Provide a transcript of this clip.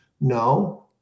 no